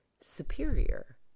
superior